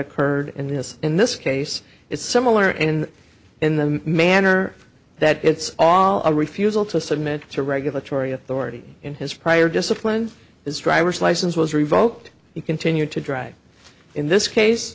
occurred in this in this case it's similar in in the manner that it's all a refusal to submit to regulatory authority in his prior discipline his driver's license was revoked he continued to drive in this case